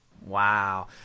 Wow